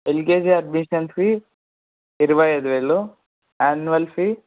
L K G admission fee ఇరవై ఐదు వేలు యాన్యువల్ ఫీ